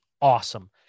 awesome